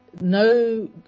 no